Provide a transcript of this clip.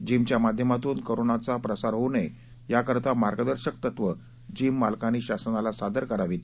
जिमच्या माध्यमातून कोरोनाचा प्रसार होऊ नये याकरता मार्गदर्शक तत्वं जिम मालकांनी शासनाला सादर करावीत